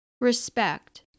respect